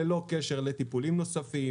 ללא קשר לטיפולים נוספים